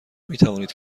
میتوانید